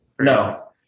no